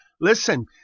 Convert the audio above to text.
listen